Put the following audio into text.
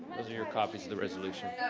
those are your copies of the resolution.